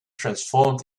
transformed